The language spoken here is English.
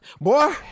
Boy